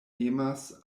emas